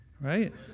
right